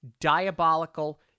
Diabolical